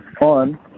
on